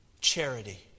Charity